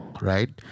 right